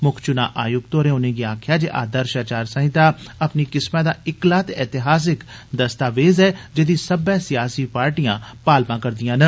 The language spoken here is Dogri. मुक्ख चुना आयुक्त होरें उनेंगी आक्खेया जे आदर्श आचार संहिता अपनी किस्मा दा इक्कला ते एतिहासिक दस्तावेज़ ऐ जेदी सब्बै सियासी पार्टियां पालमा करदियां न